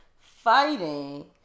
fighting